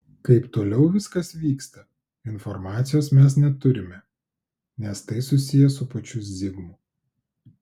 kaip toliau viskas vyksta informacijos mes neturime nes tai susiję su pačiu zigmu